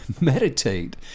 meditate